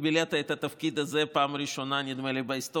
כי מילאת את התפקיד הזה בפעם הראשונה בהיסטוריה,